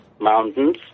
Mountains